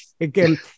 again